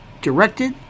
directed